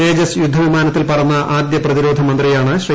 തേജസ് യുദ്ധ വിമാനത്തിൽ പറന്ന ആദ്യ പ്രതിരോധ മന്ത്രിയാണ് ശ്രീ